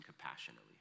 compassionately